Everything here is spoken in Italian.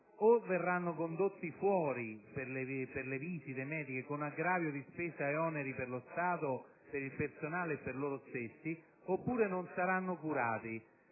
o saranno condotti fuori per le visite mediche, con aggravio di spese e oneri per lo Stato, per il personale e per loro stessi, oppure non saranno curati.